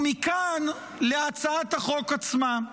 ומכאן להצעת החוק עצמה.